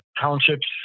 townships